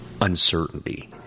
uncertainty